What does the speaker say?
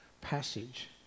passage